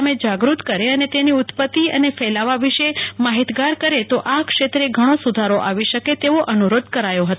સામે જાગૃત કરે અને તેની ઉત્પતિ અને ફેલાવા વિશે માહિતગાર કરે તો આ ક્ષેત્રે ઘણો સુધારો આવી શકે એવો અનુરોધ કરાયો હતો